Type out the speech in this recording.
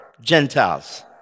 Gentiles